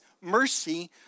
mercy